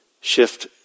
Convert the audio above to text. shift